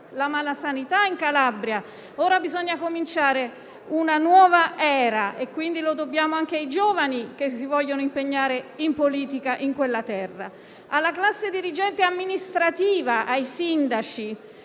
la malasanità in Calabria; ora bisogna cominciare una nuova era e quindi lo dobbiamo anche ai giovani che si vogliono impegnare in politica in quella terra, alla classe dirigente amministrativa e ai sindaci.